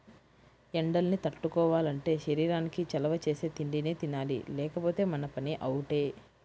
ఎండల్ని తట్టుకోవాలంటే శరీరానికి చలవ చేసే తిండినే తినాలి లేకపోతే మన పని అవుటే